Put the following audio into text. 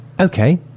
okay